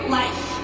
life